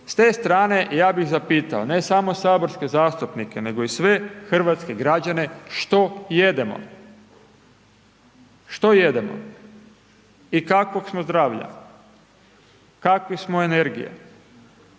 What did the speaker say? S te strane, ja bih zapitao ne samo saborske zastupnike nego i sve hrvatske građane što jedemo, što jedemo i kakvog smo zdravlja, kakve smo energije.